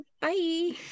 Bye